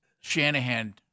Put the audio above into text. Shanahan